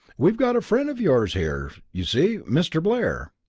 we've got a friend of yours here, you see mr. blair.